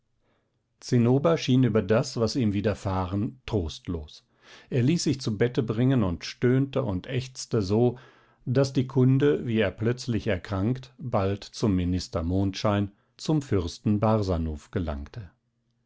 zinnober schien über das was ihm widerfahren trostlos er ließ sich zu bette bringen und stöhnte und ächzte so daß die kunde wie er plötzlich erkrankt bald zum minister mondschein zum fürsten barsanuph gelangte